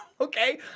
okay